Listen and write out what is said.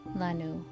lanu